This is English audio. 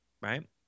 right